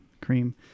Cream